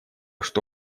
что